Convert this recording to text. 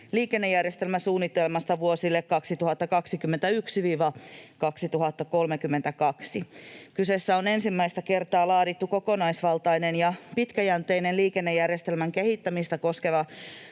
liikennejärjestelmäsuunnitelmasta vuosille 2021—2032. Kyseessä on ensimmäistä kertaa laadittu kokonaisvaltainen ja pitkäjänteinen liikennejärjestelmän kehittämistä koskeva